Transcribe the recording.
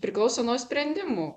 priklauso nuo sprendimų